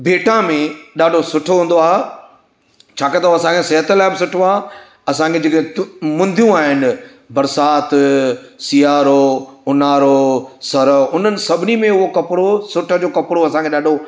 भेट में ॾाढो सुठो हूंदो आहे छाकाणि त उहो असांजे सिहत लाइ बि सुठो आहे असांखे जेके मुंदियूं आहिनि बरसाति सियारो ऊन्हारो सरउ उन्हनि सभिनी में उहो कपिड़ो सुट जो कपिड़ो असांखे ॾाढो